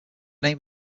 name